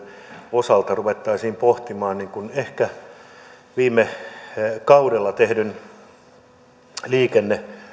osalta ruvettaisiin ehkä pohtimaan viime kaudella tehdyn liikenneviraston